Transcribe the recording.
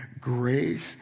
grace